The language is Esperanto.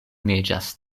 neĝas